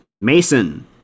Mason